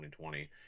2020